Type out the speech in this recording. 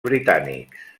britànics